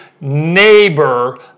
neighbor